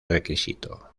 requisito